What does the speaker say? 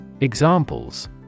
Examples